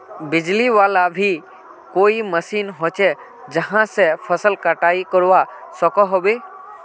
बिजली वाला भी कोई मशीन होचे जहा से फसल कटाई करवा सकोहो होबे?